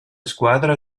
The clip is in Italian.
squadra